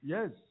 Yes